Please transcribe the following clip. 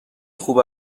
خوب